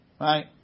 Right